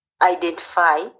identify